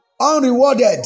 unrewarded